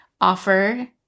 offer